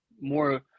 more